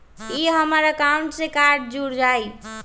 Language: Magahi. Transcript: ई हमर अकाउंट से कार्ड जुर जाई?